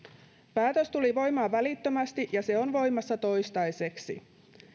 päätös tuli voimaan välittömästi ja se on voimassa toistaiseksi